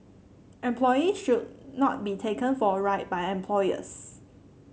employees should not be taken for a ride by employers